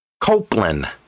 Copeland